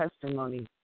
testimony